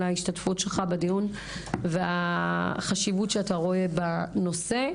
ההשתתפות שלך בדיון והחשיבות שאתה רואה בנושא.